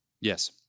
Yes